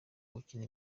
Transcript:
gukina